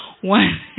One